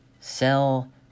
sell